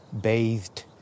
bathed